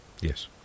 Yes